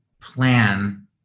plan